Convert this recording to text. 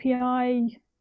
API